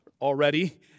already